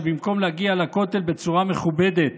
שבמקום להגיע לכותל בצורה מכובדת